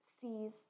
sees